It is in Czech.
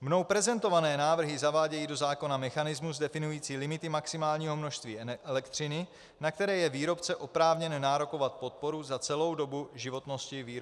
Mnou prezentované návrhy zavádějí do zákona mechanismus definující limity maximálního množství elektřiny, na které je výrobce oprávněn nárokovat podporu za celou dobu životnosti